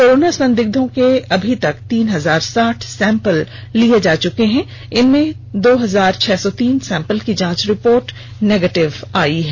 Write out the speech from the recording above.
corona संदिग्धों के अभी तक तीन हजार साठ सैंपल लिए जा चुके हैं इनमें से दो हजार छह सौ तीन सैंपल की जांच रिपोर्ट निगेटिव आई है